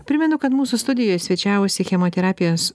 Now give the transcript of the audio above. primenu kad mūsų studijoj svečiavosi chemoterapijos